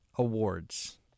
Awards